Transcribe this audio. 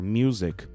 music